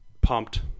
Pumped